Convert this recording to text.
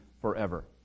forever